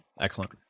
Excellent